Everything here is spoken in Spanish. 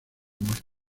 muerte